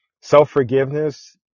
self-forgiveness